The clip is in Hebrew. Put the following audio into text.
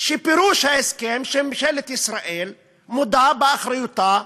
שפירוש ההסכם, שממשלת ישראל מודה באחריותה,